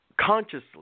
consciously